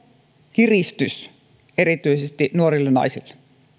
kiristys erityisesti nuorille naisille